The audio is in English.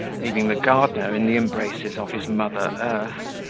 leaving the gardener in the embraces of his mother earth,